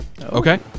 Okay